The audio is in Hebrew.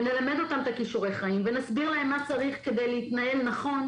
ונלמד אותם כישורי חיים ונסביר להם מה צריך כדי להתנהל נכון,